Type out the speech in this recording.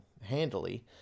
handily